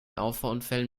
auffahrunfällen